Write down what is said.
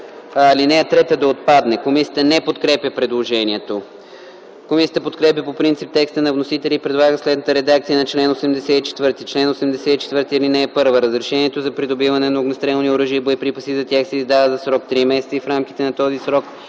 Алинея 3 да отпадне. Комисията не подкрепя предложението. Комисията подкрепя по принцип текста на вносителя и предлага следната редакция на чл. 84: „Чл. 84. (1) Разрешението за придобиване на огнестрелни оръжия и боеприпаси за тях се издава за срок три месеца и в рамките на този срок